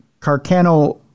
Carcano